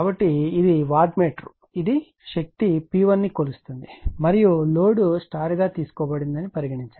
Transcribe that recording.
కాబట్టి ఇది watt meter మరియు ఇది శక్తి P1 ని కొలుస్తుంది మరియు లోడ్ స్టార్ గా తీసుకోబడింది అని పరిగణించండి